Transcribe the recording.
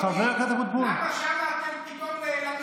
למה שם אתם פתאום נעלמים?